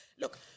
look